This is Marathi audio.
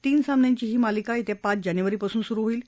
तीन सामन्यांची ही मालिका येत्या पाच जानेवारीपासून सुरु होईल